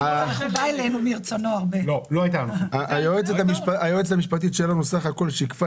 החוק נתן את התוספת הזאת לכלל העובדים בתקופת הבחירות.